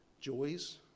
joys